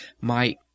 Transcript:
My—